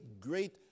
great